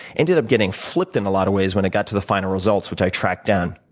ended up getting flipped, in a lot of ways, when it got to the final results, which i tracked down.